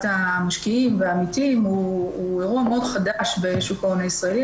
המשקיעים והעמיתים הוא אירוע מאוד חדש בשוק ההון הישראלי.